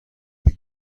bet